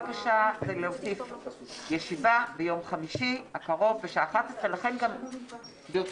הבקשה היא להוסיף ישיבה ביום חמישי הקרוב בשעה 11:00. ברשותך,